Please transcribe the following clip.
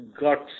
guts